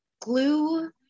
glue